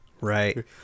right